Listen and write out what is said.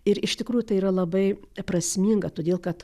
ir iš tikrųjų tai yra labai prasminga todėl kad